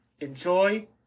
enjoy